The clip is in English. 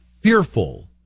fearful